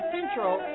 Central